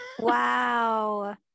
Wow